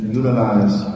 utilize